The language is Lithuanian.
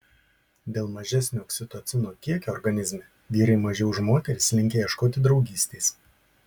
dėl mažesnio oksitocino kiekio organizme vyrai mažiau už moteris linkę ieškoti draugystės